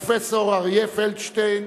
פרופסור אריה פלדשטיין,